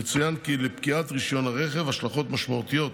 יצוין כי לפקיעת רישיון הרכב השלכות משמעותיות,